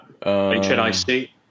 HNIC